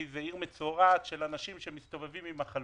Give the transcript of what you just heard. כאילו זו עיר מצורעת של אנשים שמסתובבים עם מחלות.